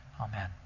Amen